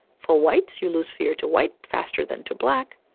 for whites, you lose fear to white faster than to black.